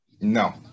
No